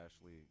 Ashley